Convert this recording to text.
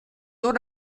door